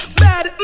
bad